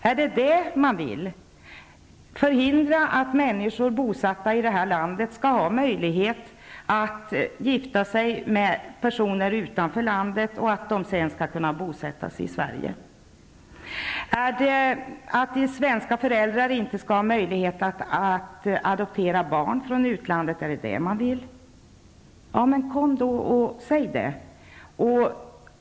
Vill man förhindra att människor bosatta i det här landet skall ha möjlighet att gifta sig med personer utanför landet och sedan kunna bosätta sig i Sverige? Gäller det att svenskar inte skall ha möjlighet att adoptera barn från utlandet? Kom då och säg det.